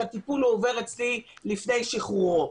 את הטיפול הוא עובר אצלי לפני שחרורו.